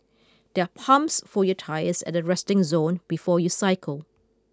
there are pumps for your tyres at the resting zone before you cycle